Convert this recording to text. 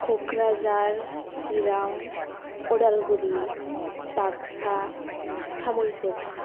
Kokrajhar Chirang Udalguri Baksa Thamulpur